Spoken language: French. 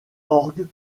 orgue